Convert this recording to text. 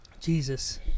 Jesus